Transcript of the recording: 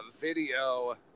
video